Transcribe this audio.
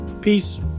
Peace